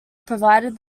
provided